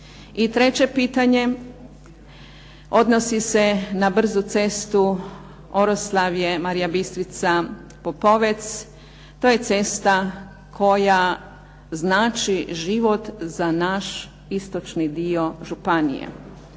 I treće pitanje odnosi se na brzu cestu Oroslavje – Marija Bistrica – Popovec. To je cesta koja znači život za naš istočni dio županije.